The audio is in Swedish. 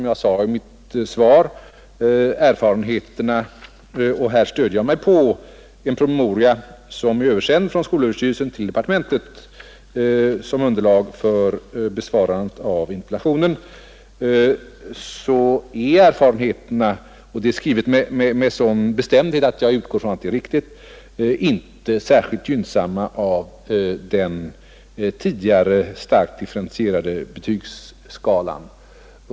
Jag stöder mig på en promemoria, som översänts från skolöverstyrelsen till departementet som underlag för besvarandet av interpellationen. Enligt denna PM är erfarenheterna inte särskilt gynnsamma av den tidigare starkt differentierade betygsskalan. Det är skrivet med sådan bestämdhet att jag utgår ifrån att det är riktigt.